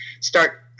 start